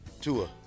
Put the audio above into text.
Tua